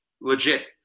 legit